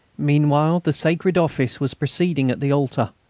meanwhile the sacred office was proceeding at the altar.